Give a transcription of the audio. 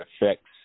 affects